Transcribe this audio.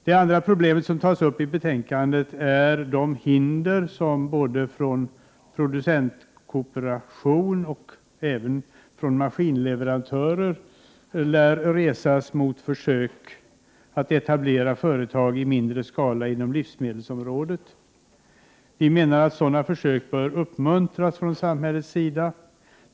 Det andra problemet som tas upp i betänkandet är de hinder som både från producentkooperation och av maskinleverantörer lär resas mot försök att etablera företag i mindre skala inom livsmedelsområdet. Vi menar att sådana försök bör uppmuntras från samhällets sida.